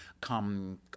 come